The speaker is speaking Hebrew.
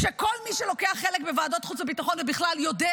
כשכל מי שלוקח חלק בוועדות חוץ וביטחון ובכלל יודע